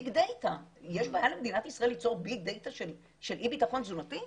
BIG DATA. יש בעיה למדינת ישראל ליצור BIG DATA של אי בטחון תזונתי?